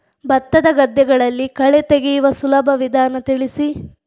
ಭತ್ತದ ಗದ್ದೆಗಳಲ್ಲಿ ಕಳೆ ತೆಗೆಯುವ ಸುಲಭ ವಿಧಾನ ತಿಳಿಸಿ?